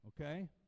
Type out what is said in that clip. okay